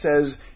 says